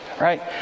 right